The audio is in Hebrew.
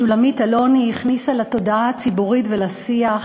שולמית אלוני הכניסה לתודעה הישראלית ולשיח